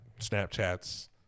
Snapchats